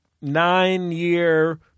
nine-year